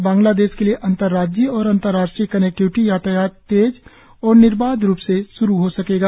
इससे बांग्लादेश के लिए अंतर राज्यीय और अंतर्राष्ट्रीय कनेक्टिविटी यातायात तेज़ तथा निर्बाध रूप से श्रू हो जाएगा